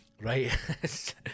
right